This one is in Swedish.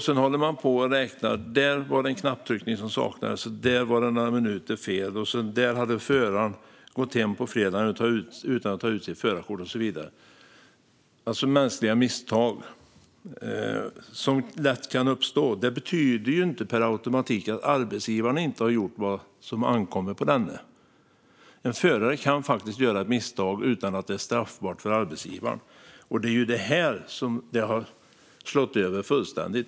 Sedan håller man på och räknar och letar efter var det saknas en knapptryckning, var det är några minuter fel, om föraren gått hem på fredagen utan att ta ut sitt förarkort och så vidare. Mänskliga misstag som lätt kan uppstå innebär inte per automatik att arbetsgivaren inte har gjort vad som ankommer på denne. En förare kan faktiskt göra ett misstag utan att det är straffbart för arbetsgivaren. Där är här som det har slagit över fullständigt.